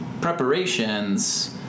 preparations